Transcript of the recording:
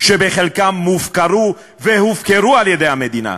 שחלקן מופקרות והופקרו על-ידי המדינה.